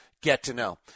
get-to-know